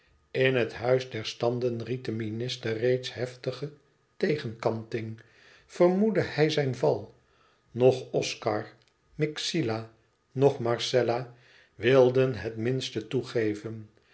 in het huis der standen ried de minister reeds heftige tegenkanting vermoedde hij zijn val noch oscar myxila noch marcella wilden het minste toegeven